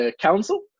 council